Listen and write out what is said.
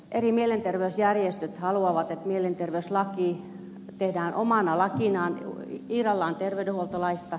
eri mielenterveysjärjestöt haluavat että mielenterveyslaki tehdään omana lakinaan irrallaan terveydenhuoltolaista